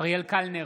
אריאל קלנר,